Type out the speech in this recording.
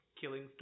killing